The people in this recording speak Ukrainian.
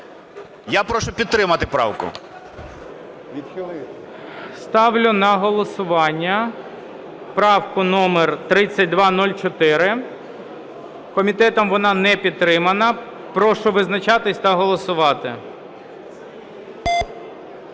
Я прошу підтримати правку. ГОЛОВУЮЧИЙ. Ставлю на голосування правку номер 3204, комітетом вона не підтримана. Прошу визначатися та голосувати.